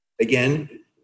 again